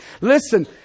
Listen